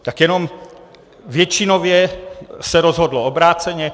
Tak jenom většinově se rozhodlo obráceně.